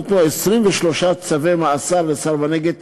ניתנו 23 צווי מאסר לסרבני גט,